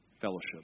fellowship